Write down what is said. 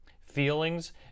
Feelings